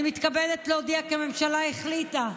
אני מתכבדת להודיע כי הממשלה החליטה,